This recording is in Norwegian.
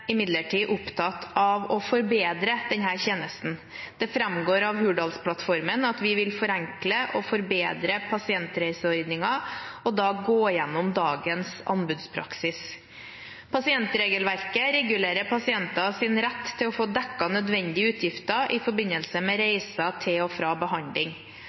imidlertid opptatt av å forbedre denne tjenesten. Det framgår av Hurdalsplattformen at vi vil forenkle og forbedre pasientreiseordningen og da gå igjennom dagens anbudspraksis. Pasientregelverket regulerer pasientenes rett til å få dekket nødvendige utgifter i forbindelse med reiser til og fra behandling.